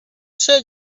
say